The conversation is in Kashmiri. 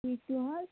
ٹھیٖک چھُو حظ